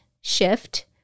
shift